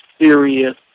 serious